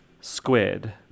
Squid